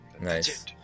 nice